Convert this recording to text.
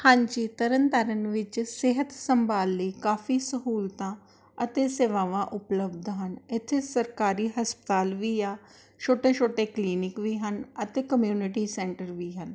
ਹਾਂਜੀ ਤਰਨ ਤਾਰਨ ਵਿੱਚ ਸਿਹਤ ਸੰਭਾਲ ਲਈ ਕਾਫੀ ਸਹੂਲਤਾਂ ਅਤੇ ਸੇਵਾਵਾਂ ਉਪਲਬਧ ਹਨ ਇੱਥੇ ਸਰਕਾਰੀ ਹਸਪਤਾਲ ਵੀ ਆ ਛੋਟੇ ਛੋਟੇ ਕਲੀਨਿਕ ਵੀ ਹਨ ਅਤੇ ਕਮਿਊਨਿਟੀ ਸੈਂਟਰ ਵੀ ਹਨ